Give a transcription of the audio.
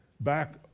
back